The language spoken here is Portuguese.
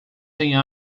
tem